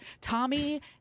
Tommy